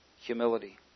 Humility